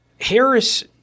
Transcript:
harris